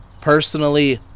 personally